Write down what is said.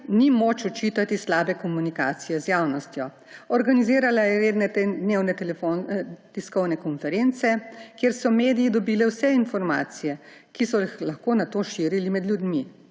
ni moč očitati slabe komunikacije z javnostjo. Organizirala je redne dnevne tiskovne konference, kjer so mediji dobili vse informacije, ki so jih lahko nato širili med ljudmi.